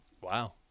Wow